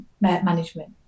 management